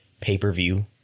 pay-per-view